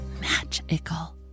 magical